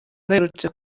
aherutse